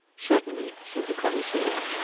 certainly, said the commissaire.